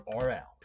RL